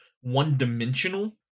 one-dimensional